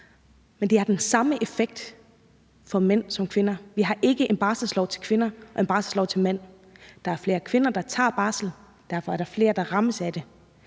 men det har den samme effekt for mænd som for kvinder. Vi har ikke en barselslov til kvinder og en barselslov til mænd. Der er flere kvinder, der tager barsel, og derfor er der flere, der rammes af det.